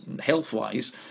health-wise